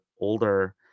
older